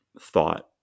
thought